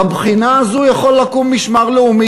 בבחינה הזו יכול לקום משמר לאומי,